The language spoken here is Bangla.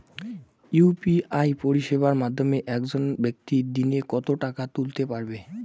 ইউ.পি.আই পরিষেবার মাধ্যমে একজন ব্যাক্তি দিনে কত টাকা তুলতে পারবে?